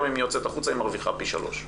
אם היא יוצאת החוצה היא מרוויחה פי שלוש.